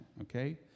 okay